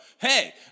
hey